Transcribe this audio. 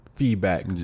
Feedback